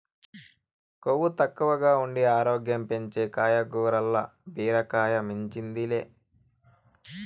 కొవ్వు తక్కువగా ఉండి ఆరోగ్యం పెంచే కాయగూరల్ల బీరకాయ మించింది లే